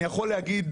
אני יכול להגיד,